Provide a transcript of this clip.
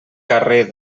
carrer